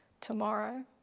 tomorrow